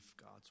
God's